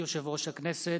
ברשות יושב-ראש הכנסת,